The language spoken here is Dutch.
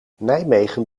nijmegen